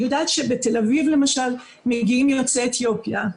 אני יודעת שבתל אביב למשל מגיעים יוצאי אתיופיה.